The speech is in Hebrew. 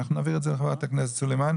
אנחנו נעביר את זה לחברת הכנסת סלימאן.